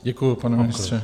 Děkuji, pane ministře.